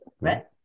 Right